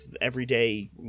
everyday